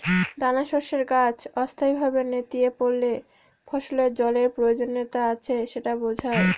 দানাশস্যের গাছ অস্থায়ীভাবে নেতিয়ে পড়লে ফসলের জলের প্রয়োজনীয়তা আছে সেটা বোঝায়